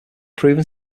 proven